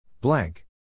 Blank